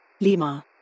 Lima